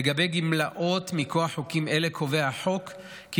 לגבי גמלאות מכוח חוקים אלה קובע החוק כי